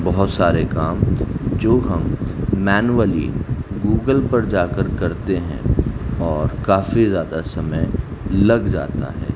بہت سارے کام جو ہم مینولی گوگل پر جا کر کرتے ہیں اور کافی زیادہ سمے لگ جاتا ہے